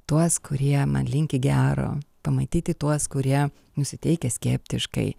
tuos kurie man linki gero pamatyti tuos kurie nusiteikę skeptiškai